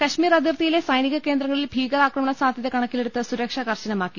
കശ്മീർ അതിർത്തിയിലെ സൈനിക കേന്ദ്രങ്ങളിൽ ഭീക രാക്രമണ സാധൃത കണക്കിലെടുത്ത് സുരക്ഷ കർശനമാ ക്കി